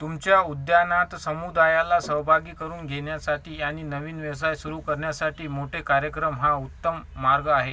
तुमच्या उद्यानात समुदायाला सहभागी करून घेण्यासाठी आणि नवीन व्यवसाय सुरू करण्यासाठी मोठे कार्यक्रम हा उत्तम मार्ग आहे